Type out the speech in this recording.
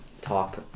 talk